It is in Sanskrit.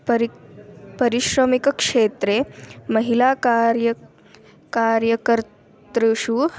परि परिश्रमिकक्षेत्रे महिलाकार्यं कार्यकर्तृषु